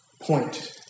point